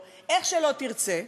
או איך שלא תרצה,